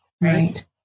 Right